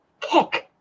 kick